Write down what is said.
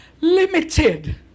limited